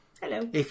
Hello